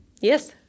Yes